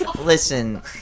listen